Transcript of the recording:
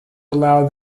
allow